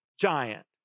giant